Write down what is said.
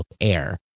Air